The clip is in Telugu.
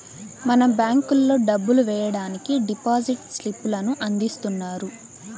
మనం బ్యేంకుల్లో డబ్బులు వెయ్యడానికి డిపాజిట్ స్లిప్ లను అందిస్తున్నారు